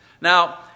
Now